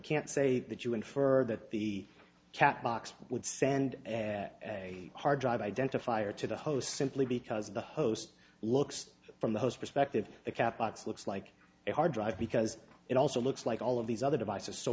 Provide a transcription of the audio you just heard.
can't say that you infer that the catbox would send a hard drive identifier to the host simply because the host looks from the host perspective the cap it's looks like a hard drive because it also looks like all of these other devices so